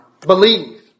Believe